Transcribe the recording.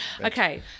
Okay